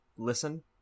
listen